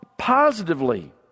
positively